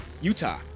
Utah